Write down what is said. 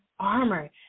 armor